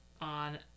on